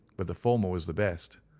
but the former was the best,